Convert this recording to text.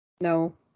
No